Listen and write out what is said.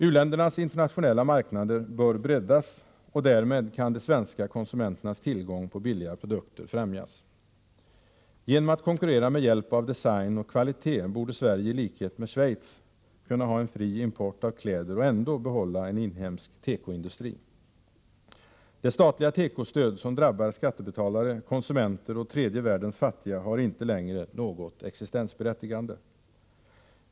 U-ländernas internationella marknader bör breddas, och därmed kan de svenska konsumenternas tillgång på billiga produkter främjas. Genom att konkurrera med hjälp av design och kvalitet borde Sverige i likhet med Schweiz kunna ha en fri import av kläder och ändå behålla en inhemsk tekoindustri. Det statliga tekostöd som drabbar skattebetalare, konsumenter och tredje världens fattiga har inte längre något existensberättigande.